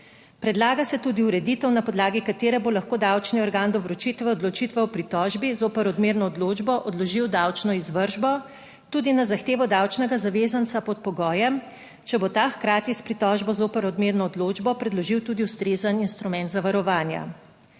Predlaga se tudi ureditev, na podlagi katere bo lahko davčni organ do vročitve odločitve o pritožbi zoper odmerno odločbo odložil davčno izvršbo **50. TRAK (VI) 13.05** (Nadaljevanje) tudi na zahtevo davčnega zavezanca pod pogojem, če bo ta hkrati s pritožbo zoper odmerno odločbo predložil tudi ustrezen instrument zavarovanja.